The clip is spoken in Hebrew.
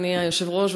אדוני היושב-ראש,